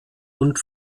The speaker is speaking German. und